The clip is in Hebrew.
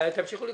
תמשיכו לקרוא.